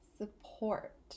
support